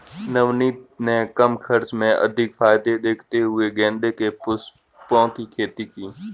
नवनीत ने कम खर्च व अधिक फायदे देखते हुए गेंदे के पुष्पों की खेती की